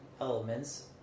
elements